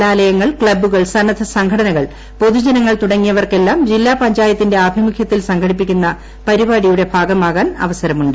കലാലയങ്ങൾ ക്ലബ്ബുകൾ സന്നദ്ധ സംഘടനകൾ പൊതു ജനങ്ങൾ തുടങ്ങിയവർക്കെല്ലാം ജില്ലാ പഞ്ചായത്തിന്റെ ആഭിമുഖ്യത്തിൽ സംഘടിപ്പിക്കുന്ന പരിപാടിയുടെ ഭാഗമാകാൻ അവസരമുണ്ട്